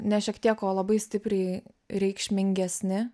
ne šiek tiek o labai stipriai reikšmingesni